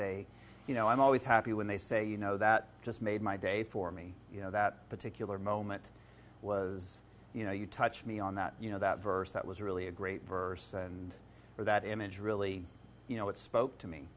they you know i'm always happy when they say you know that just made my day for me that particular moment was you know you touch me on that you know that verse that was really a great verse and that image really you know it spoke to me